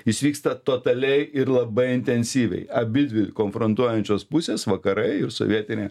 jis vyksta totaliai ir labai intensyviai abidvi konfrontuojančios pusės vakarai ir sovietinė